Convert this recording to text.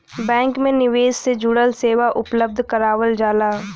bank में निवेश से जुड़ल सेवा उपलब्ध करावल जाला